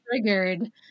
triggered